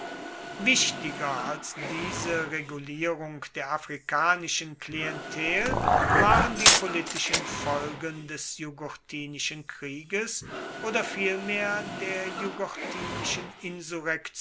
wichtiger als diese regulierung der afrikanischen klientel waren die politischen folgen des jugurthinischen krieges oder vielmehr der